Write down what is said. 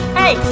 hey